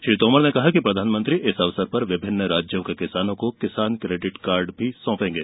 श्री तोमर ने कहा कि पधानमंत्री इस अवसर पर विभिन्न राज्यों के किसानों को किसान क्रेडिट कार्ड भी सौंपेंगे